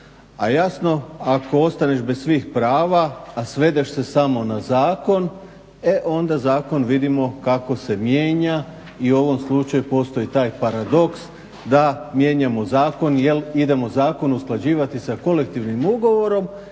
a jasno ako ostaneš bez svih prava a svedeš se samo na zakon e onda zakon vidimo kako se mijenja i u ovom slučaju postoji taj paradoks da mijenjamo zakon jer idemo zakon usklađivati sa kolektivnim ugovorom